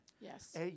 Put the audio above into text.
Yes